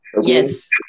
yes